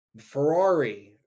ferrari